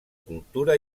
cultura